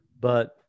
but-